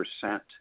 percent